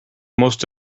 most